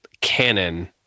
canon